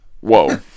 Whoa